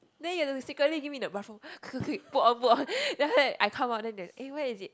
then you have to secretly give me the bathrooom quick quick quick put on put on then after that I come out then eh where is it